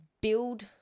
build